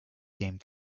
game